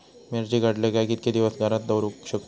मिर्ची काडले काय कीतके दिवस घरात दवरुक शकतू?